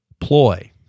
ploy